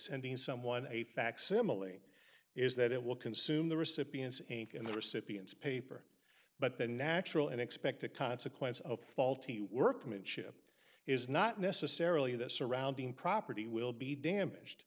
sending someone a facsimile is that it will consume the recipients and the recipients paper but the natural and expected consequence of faulty workmanship is not necessarily the surrounding property will be damaged